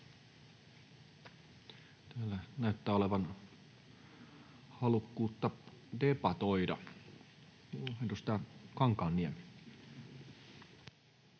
Täällä näyttää olevan halukkuutta debatoida. — Edustaja Kankaanniemi.